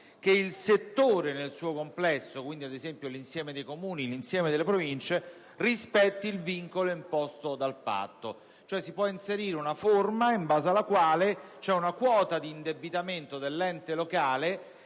che il settore nel suo complesso - ad esempio l'insieme dei Comuni, l'insieme delle Province - rispetti il vincolo imposto dal Patto. Si può inserire una forma in base alla quale una quota d'indebitamento dell'ente locale